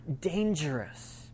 dangerous